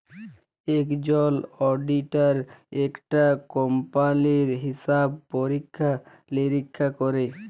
একজল অডিটার একটা কম্পালির হিসাব পরীক্ষা লিরীক্ষা ক্যরে